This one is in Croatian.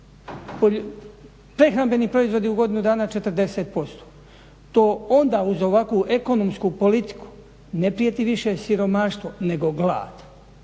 Prehrambeni proizvodi u godinu dana 40%. To onda uz ovakvu ekonomsku politiku ne prijeti više siromaštvo nego glad.